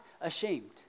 ashamed